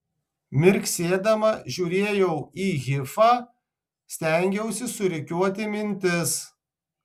mirksėdama žiūrėjau į hifą stengiausi surikiuoti mintis